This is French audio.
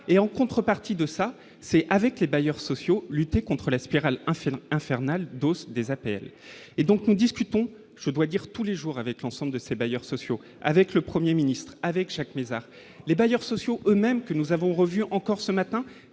et, en contrepartie de ça, c'est avec les bailleurs sociaux, lutter contre la spirale infernale infernal d'os des appels, et donc nous discutons, je dois dire tous les jours avec l'ensemble de ses bailleurs sociaux avec le 1er ministre avec chaque maison, les bailleurs sociaux eux-mêmes que nous avons revu encore ce matin,